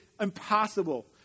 impossible